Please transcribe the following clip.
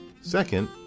Second